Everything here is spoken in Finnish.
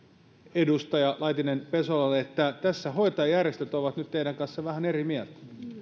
edustaja laitinen pesolalle että tässä hoitajajärjestöt ovat nyt teidän kanssanne vähän eri mieltä